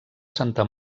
santa